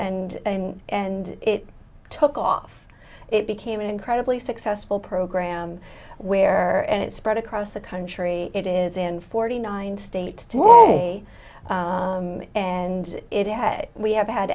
and and and it took off it became an incredibly successful program where and it spread across the country it is in forty nine states and it had we have had